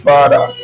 Father